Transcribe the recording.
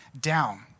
down